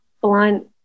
blunt